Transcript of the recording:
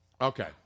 Okay